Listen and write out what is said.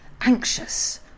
anxious